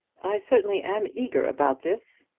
i certainly am eager about this.